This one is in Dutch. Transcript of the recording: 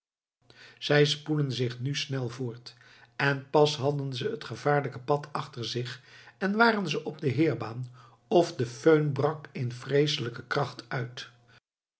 zij spoedden zich nu snel voort en pas hadden ze het gevaarlijke pad achter zich en waren ze op de heerbaan of de föhn brak in vreeselijke kracht uit